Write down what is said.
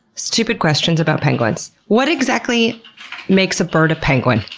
stupid questions about penguins what exactly makes a bird a penguin?